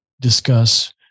discuss